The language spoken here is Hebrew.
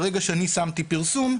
ברגע ששמתי פרסום,